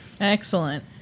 Excellent